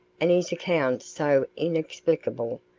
and his accounts so inexplicable,